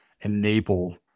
enable